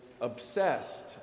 obsessed